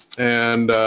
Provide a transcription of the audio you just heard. and